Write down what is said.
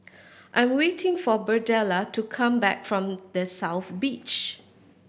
I'm waiting for Birdella to come back from The South Beach